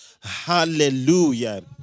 Hallelujah